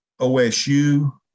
OSU